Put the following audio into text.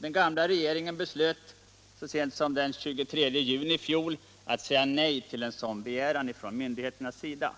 Den gamla regeringen beslöt så sent som den 23 juni i fjol att säga nej till en sådan begäran från myndigheternas sida.